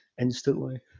instantly